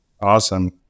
Awesome